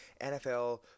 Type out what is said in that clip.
NFL